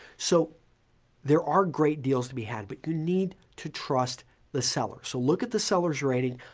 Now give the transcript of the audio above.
so there are great deals to be had, but you need to trust the seller, so look at the sellers rating,